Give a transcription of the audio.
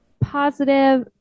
positive